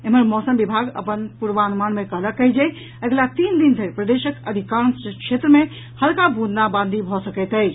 एम्हर मौसम विभाग अपन पूर्वानुमान मे कहलक अछि जे अगिला तीन दिन धरि प्रदेशक अधिकांश क्षेत्र मे हल्का बूंदाबांदी भऽ सकैत अछि